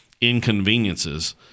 inconveniences